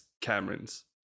Cameron's